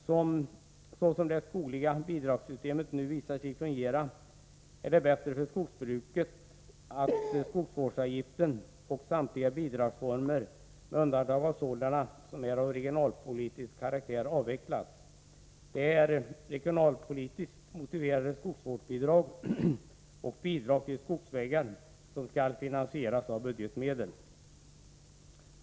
Så som det skogliga bidragssystemet nu visar sig fungera är det bättre för skogsbruket att skogsvårdsavgiften och samtliga bidragsformer, med undantag av sådana som är av regionalpolitisk karaktär, avvecklas. Det är regionalpolitiskt motiverade skogsvårdsbidrag och bidrag till skogsvägar som skall finansieras av budgetmedel.